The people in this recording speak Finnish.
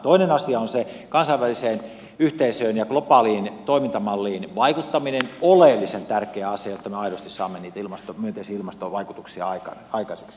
toinen asia on kansainväliseen yhteisöön ja globaaliin toimintamalliin vaikuttaminen oleellisen tärkeä asia jotta me aidosti saamme niitä myönteisiä ilmastovaikutuksia aikaiseksi